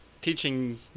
teaching